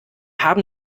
haben